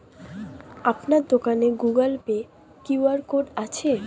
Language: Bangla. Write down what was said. আপনার দোকানে গুগোল পে কিউ.আর কোড আছে?